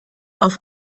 auf